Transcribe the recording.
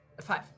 Five